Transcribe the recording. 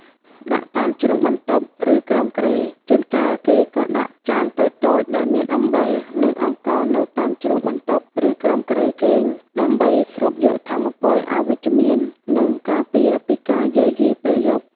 ដាក់តាមជ្រុងបន្ទប់ ឬក្រោមគ្រែ ជួនកាលគេក៏ដាក់ចានតូចៗដែលមានអំបិល និងអង្ករនៅតាមជ្រុងបន្ទប់ ឬក្រោមគ្រែគេង ដើម្បី ស្រូបយកថាមពលអវិជ្ជមាន និងការពារពីការយាយីពេលយប់។